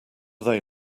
they